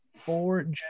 four